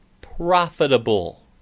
profitable